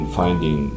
finding